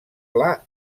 pla